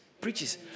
preaches